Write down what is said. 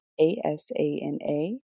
A-S-A-N-A